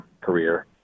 career